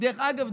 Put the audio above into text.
דרך אגב,